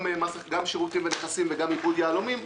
גם שירותים ונכסים וגם עיבוד יהלומים,